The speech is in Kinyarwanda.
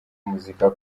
muzika